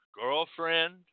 girlfriend